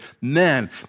men